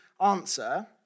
answer